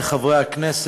חברי חברי הכנסת,